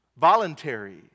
Voluntary